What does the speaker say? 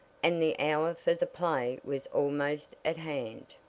and the hour for the play was almost at hand.